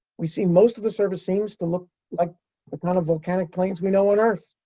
we see most of the surface seems to look like the kind of volcanic plains we know on earth,